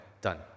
done